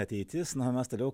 ateitis na o mes toliau